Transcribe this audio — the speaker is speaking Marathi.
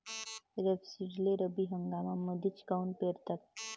रेपसीडले रब्बी हंगामामंदीच काऊन पेरतात?